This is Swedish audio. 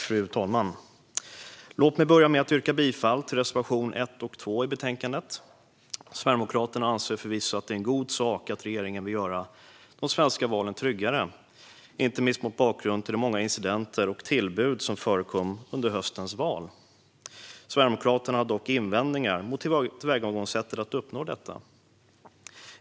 Fru talman! Låt mig börja med att yrka bifall till reservationerna 1 och 2. Sverigedemokraterna anser förvisso att det är en god sak att regeringen vill göra de svenska valen tryggare - inte minst mot bakgrund av de många incidenter och tillbud som förekom under höstens val - men Sverigedemokraterna har invändningar mot tillvägagångssättet för att uppnå detta.